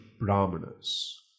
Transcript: Brahmanas